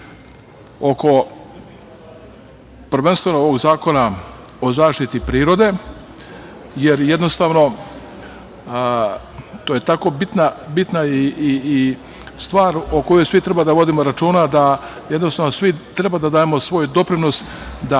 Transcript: prvenstveno oko ovog Zakona o zaštiti prirode, jer jednostavno to je tako bitna stvar o kojoj svi treba da vodimo računa, jednostavno svi treba da damo svoj doprinos da